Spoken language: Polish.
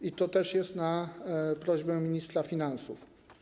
I to też jest na prośbę ministra finansów.